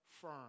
firm